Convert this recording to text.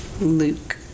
Luke